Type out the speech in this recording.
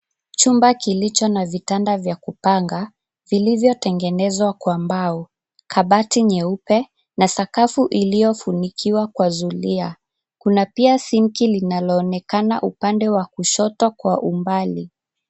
Chumba kilicho na vitanda vya kupanga vilivyotengenezwa kwa mbao. Kabati nyeupe na sakafu iliyofunikiwa kwa zulia. Kuna pia sinki linaloonekana upande wa kushoto kwa umbali.